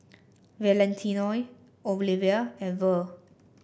Valentino Oliva and Verl